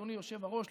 אדוני היושב-ראש,